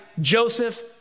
Joseph